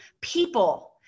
people